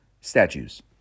statues